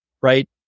right